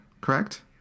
correct